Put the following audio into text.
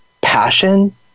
passion